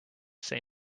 say